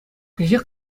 кӗҫех